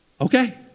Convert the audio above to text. okay